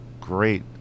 great